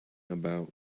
about